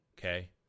Okay